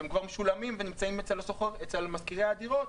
שהם כבר משולמים ונמצאים אצל משכירי הדירות,